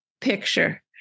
picture